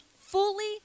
fully